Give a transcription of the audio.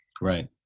right